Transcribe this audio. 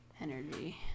energy